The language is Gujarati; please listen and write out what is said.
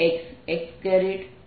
fxyzx2x6xyzyz2xz